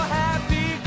happy